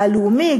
הלאומי,